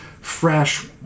fresh